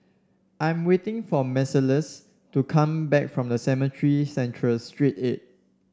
I'm waiting for Marcellus to come back from Cemetry Central Street eight